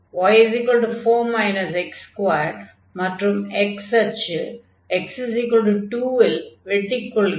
y 4 x2 மற்றும் x அச்சு x2 இல் வெட்டிக் கொள்கிறது